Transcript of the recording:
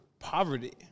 poverty